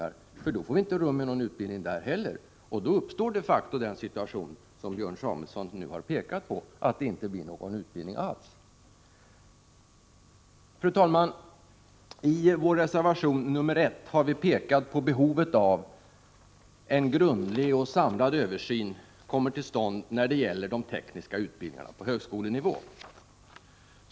Då får man nämligen inte rum med någon påbyggnadsutbildning där heller, och då uppstår de facto den situation som Björn Samuelson just har pekat på, nämligen att det inte blir någon utbildning alls. Fru talman! I vår reservation 1 har vi pekat på behovet av att en grundlig och samlad översyn kommer till stånd när det gäller de tekniska utbildningarna på högskolenivå.